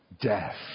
Death